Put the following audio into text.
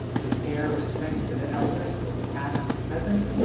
we pay our respects to the elders, both past and present,